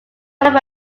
one